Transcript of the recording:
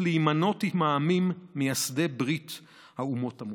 להימנות עם העמים מייסדי ברית האומות המאוחדות".